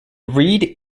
read